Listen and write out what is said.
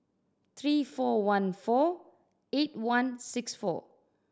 three four one four eight one six four